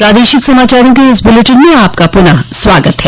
प्रादेशिक समाचारों के इस बुलेटिन में आपका फिर से स्वागत है